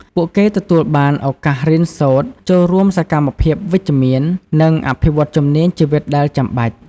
ពួកគេទទួលបានឱកាសរៀនសូត្រ ចូលរួមសកម្មភាពវិជ្ជមាន និងអភិវឌ្ឍជំនាញជីវិតដែលចាំបាច់។